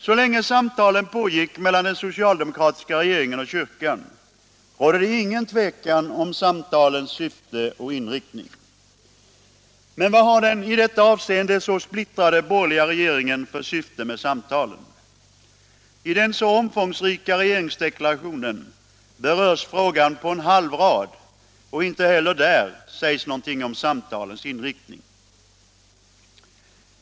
Så länge samtalen pågick mellan den socialdemokratiska regeringen och kyrkan rådde det inget tvivel om samtalens syfte och inriktning. Men vad har den i detta avseende så splittrade borgerliga regeringen för syfte med samtalen? I den så omfångsrika regeringsdeklarationen berörs frågan på en halv rad, och inte heller där sägs något om samtalens inriktning.